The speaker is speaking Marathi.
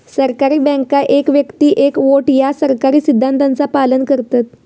सहकारी बँका एक व्यक्ती एक वोट या सहकारी सिद्धांताचा पालन करतत